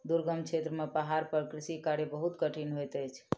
दुर्गम क्षेत्र में पहाड़ पर कृषि कार्य बहुत कठिन होइत अछि